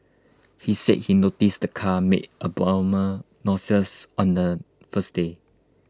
he said he noticed the car made abnormal noises on the first day